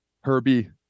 Herbie